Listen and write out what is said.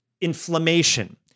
inflammation